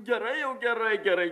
gerai jau gerai gerai